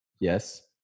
Yes